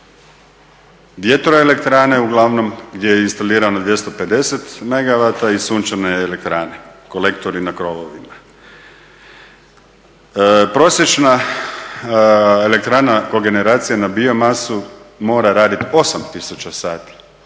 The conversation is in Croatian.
Vjertroelektrane uglavnom gdje je instalirano 250 megawata i sunčane elektrane, kolektori na krovovima. Prosječna elektrana kogeneracija na biomasu mora raditi 8 tisuća